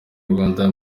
rwanda